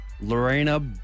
Lorena